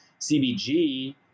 cbg